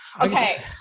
Okay